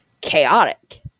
chaotic